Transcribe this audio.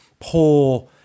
poor